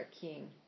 king